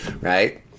Right